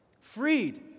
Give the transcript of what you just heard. Freed